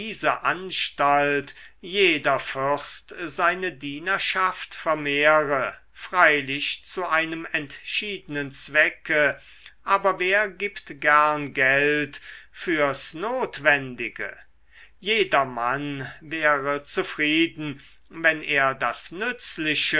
anstalt jeder fürst seine dienerschaft vermehre freilich zu einem entschiedenen zwecke aber wer gibt gern geld fürs notwendige jedermann wäre zufrieden wenn er das nützliche